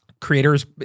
creators